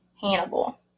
Hannibal